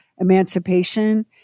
emancipation